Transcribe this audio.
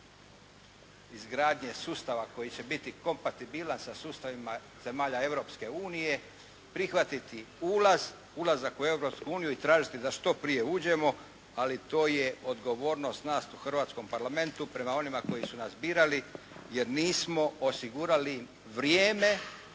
izgradnje sustava koji će biti kompatibilan sa sustavima zemalja Europske unije, prihvatiti ulaz, ulazak u Europsku uniju i tražiti da što prije uđemo ali to je odgovornost nas u hrvatskom Parlamentu prema onima koji su nas birali jer nismo osigurali vrijeme